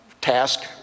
task